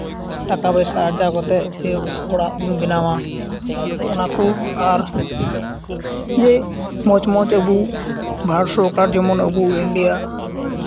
ᱴᱟᱠᱟ ᱯᱚᱭᱥᱟ ᱟᱨᱡᱟᱣ ᱠᱟᱛᱮᱫ ᱚᱲᱟᱜ ᱵᱚᱱ ᱵᱮᱱᱟᱣᱟ ᱚᱱᱟᱠᱚ ᱟᱨ ᱡᱮ ᱢᱚᱡᱽ ᱢᱚᱡᱽ ᱟᱹᱵᱚ ᱵᱷᱟᱨᱚᱛ ᱥᱚᱨᱠᱟᱨ ᱡᱮᱢᱚᱱ ᱟᱵᱚ ᱤᱱᱰᱤᱭᱟ